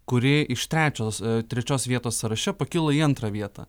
kuri iš trečios trečios vietos sąraše pakilo į antrą vietą